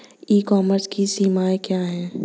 ई commerce की सीमाएं क्या हैं?